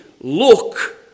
Look